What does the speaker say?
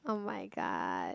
oh-my-god